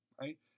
right